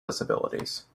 disabilities